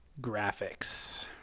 graphics